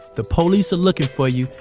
the police are looking for you,